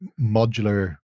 modular